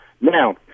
Now